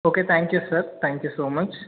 okay thank you sir thank you so much